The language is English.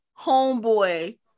homeboy